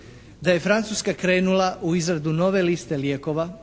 da je Francuska krenula u izradu nove liste lijekova